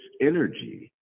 energy